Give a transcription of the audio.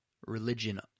religion